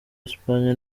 espagne